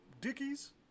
dickies